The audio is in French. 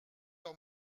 leur